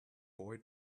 boy